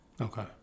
Okay